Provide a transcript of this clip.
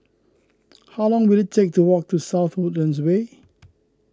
how long will it take to walk to South Woodlands Way